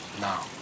now